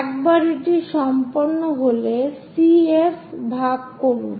একবার এটি সম্পন্ন হলে CF ভাগ করুন